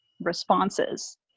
responses